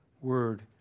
word